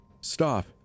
Stop